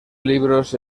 libros